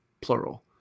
plural